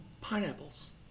Pineapples